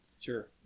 sure